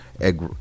egg